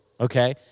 okay